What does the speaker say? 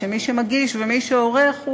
מי שמגיש ומי שעורך,